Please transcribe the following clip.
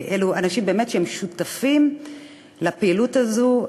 אלו אנשים שהם באמת שותפים לפעילות הזאת.